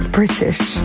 British